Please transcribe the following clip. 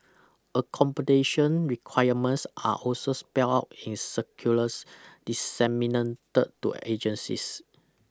accommodation requirements are also spell out in circulars disseminated to agencies